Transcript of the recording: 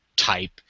type